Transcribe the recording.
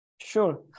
Sure